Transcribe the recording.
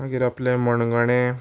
मागीर आपलें मणगणें